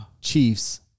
Chiefs